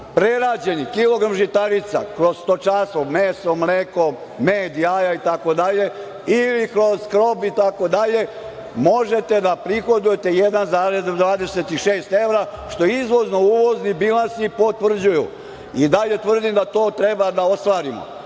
prerađeni kilogram žitarica kroz stočarstvo meso, mleko, med, jaja itd. ili kroz skrob itd. možete da prihodujete 1,26 evra, što izvozno-uvozni bilansi potvrđuju. I dalje tvrdim da to treba da ostvarimo. Dame